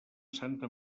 santa